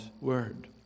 word